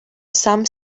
some